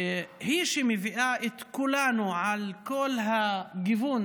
היא שמביאה את כולנו, על כל הגיוון